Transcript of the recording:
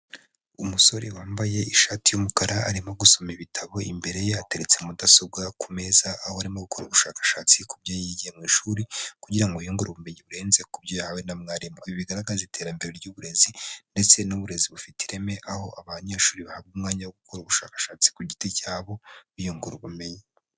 Umusore wambaye ishati y'umukara arimo gusoma ibitabo, imbere ye hateretse mudasobwa ku meza aho arimo gukora ubushakashatsi kubyo yigiye mu ishuri, kugira ngo yiyungure ubumenyi burenze ku byo yahawe na mwarimu. Ibi bigaragaza iterambere ry'uburezi ndetse n'uburezi bufite ireme, aho abanyeshuri bahabwa umwanya wo gukora ubushakashatsi ku giti cyabo biyungura ubumenyi.